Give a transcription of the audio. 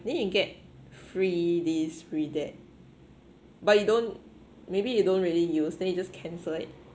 then you get free this free that but you don't maybe you don't really use then you just cancel it